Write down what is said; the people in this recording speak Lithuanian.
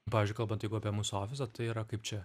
pavyzdžiui kalbant jeigu apie mūsų ofisą tai yra kaip čia